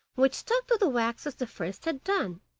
which stuck to the wax as the first had done.